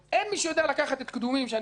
לקחת את קדומים שאני גר בה,